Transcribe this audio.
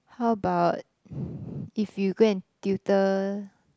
how about if you go and tutor